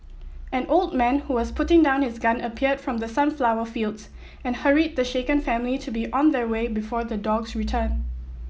an old man who was putting down his gun appeared from the sunflower fields and hurried the shaken family to be on their way before the dogs return